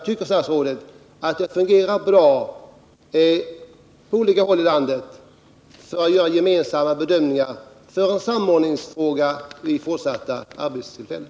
Tycker statsrådet att det fungerar bra på olika håll i landet när det gäller att göra en gemensam bedömning och samordning beträffande fortsatta arbetstillfällen?